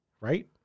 right